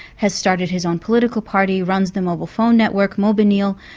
has started his own political party, runs the mobile phone network, mobinil,